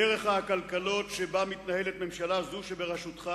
דרך העקלקלות שבה מתנהלת ממשלה זו שבראשותך